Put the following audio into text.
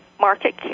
market